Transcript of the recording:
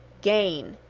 gain,